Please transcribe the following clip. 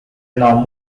now